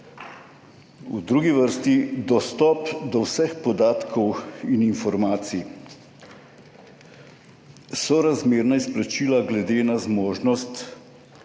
v drugi vrsti dostop do vseh podatkov in informacij, sorazmerna izplačila glede na zmožnost